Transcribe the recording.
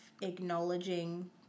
acknowledging